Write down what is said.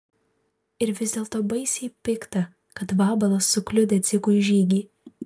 ir vis dėlto baisiai pikta kad vabalas sukliudė dzikui žygį